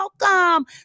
welcome